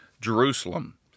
Jerusalem